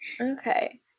Okay